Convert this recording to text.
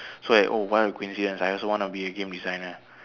so I oh what a coincident I also want to be a game designer